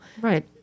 right